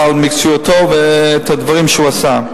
על מקצועיותו ועל הדברים שהוא עשה.